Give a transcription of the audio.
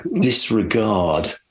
disregard